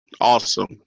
Awesome